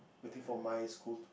waiting for my school